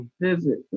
Visit